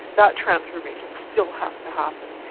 that transformation still has to happen.